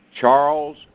Charles